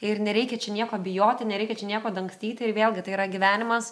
ir nereikia čia nieko bijoti nereikia čia nieko dangstyti ir vėlgi tai yra gyvenimas